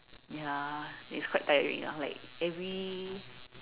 ya it's quite tiring ah like every